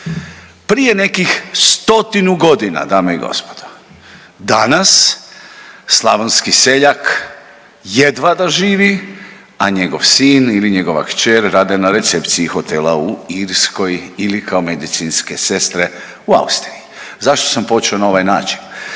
Prije nekih stotinu godina dame i gospodo, danas slavonski seljak jedva da živi, a njegov sin ili njegova kćer rade na recepciji hotela u Irskoj ili kao medicinske sestre u Austriji. Zašto sam počeo na ovaj način?